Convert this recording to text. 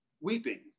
weeping